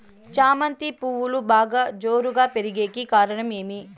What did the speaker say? చామంతి పువ్వులు బాగా జోరుగా పెరిగేకి కారణం ఏమి?